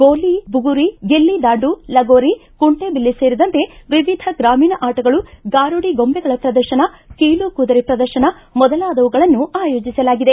ಗೋಲಿ ಬುಗುರಿ ಗಿಲ್ಲಿ ದಾಂಡು ಲಗೋರಿ ಕುಂಟೆಬಿಲ್ಲೆ ಸೇರಿದಂತೆ ವಿವಿಧ ಗ್ರಾಮೀಣ ಆಟಗಳು ಗಾರುಡಿ ಗೊಂದೆಗಳ ಪ್ರದರ್ಶನ ಕೀಲು ಕುದುರೆ ಪ್ರದರ್ಶನ ಮೊದಲಾದವುಗಳನ್ನು ಆಯೋಜಿಸಲಾಗಿವೆ